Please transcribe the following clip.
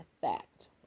fact